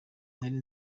nari